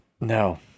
No